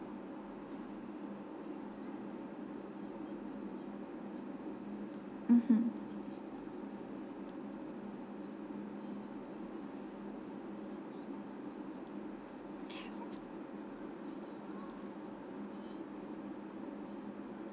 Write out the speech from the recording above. mmhmm